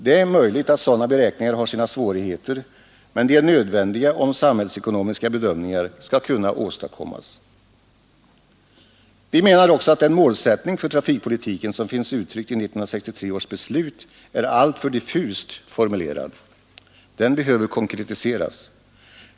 Det är möjligt att sådana beräkningar är svåra att göra, men de är nödvändiga om samhällsekonomiska bedömningar skall kunna åstadkommas. Vi menar också att den målsättning för trafikpolitiken som finns uttryckt i 1963 års beslut är alltför diffust formulerad. Den behöver konkretiseras.